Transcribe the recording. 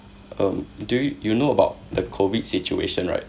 um do you you know about the COVID situation right